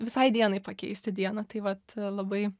visai dienai pakeisti dieną tai vat labai